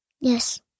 Yes